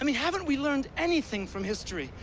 i mean haven't we learned anything from history?